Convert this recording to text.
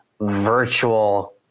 virtual